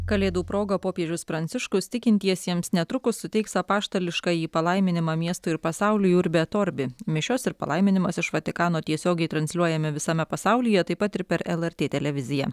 kalėdų proga popiežius pranciškus tikintiesiems netrukus suteiks apaštališkąjį palaiminimą miestui ir pasauliui urbi et orbi mišios ir palaiminimas iš vatikano tiesiogiai transliuojami visame pasaulyje taip pat ir per lrt televiziją